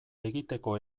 egiteko